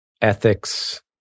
ethics